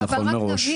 נכון, מראש.